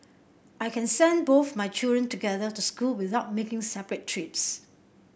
I can send both my children together to school without making separate trips